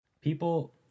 People